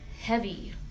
heavy